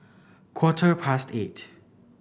quarter past eight